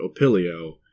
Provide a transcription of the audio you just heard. Opilio